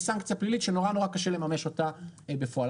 סנקציה פלילית שנורא נורא קשה לממש אותה בפועל.